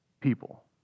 people